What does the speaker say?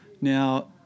Now